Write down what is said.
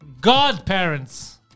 Godparents